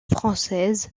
française